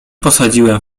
posadziłem